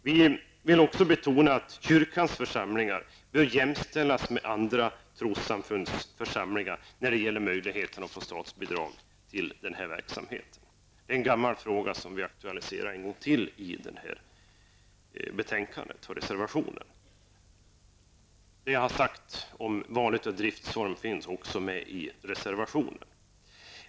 Vi vill också betona att kyrkans församlingar bör jämställas med andra trossamfunds församlingar när det gäller möjligheten att få statsbidrag till den här verksamheten. Det är en gammal fråga som vi åter aktualiserar i reservationen i det här betänkandet. Det jag har sagt om valet av driftsform tas också upp i reservationen.